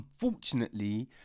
unfortunately